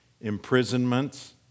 imprisonments